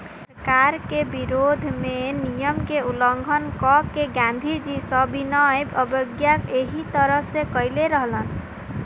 सरकार के विरोध में नियम के उल्लंघन क के गांधीजी सविनय अवज्ञा एही तरह से कईले रहलन